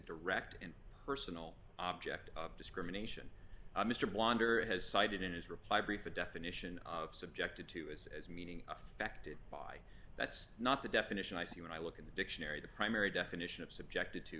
direct and personal object of discrimination mr wander has cited in his reply brief a definition of subjected to is as meaning affected by that's not the definition i see when i look at the dictionary the primary definition of subjected to